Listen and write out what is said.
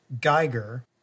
geiger